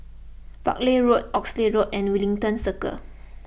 Buckley Road Oxley Road and Wellington Circle